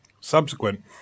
subsequent